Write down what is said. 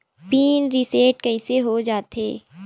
Pin reset कइसे हो जाथे?